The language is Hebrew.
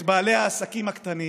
את בעלי העסקים הקטנים,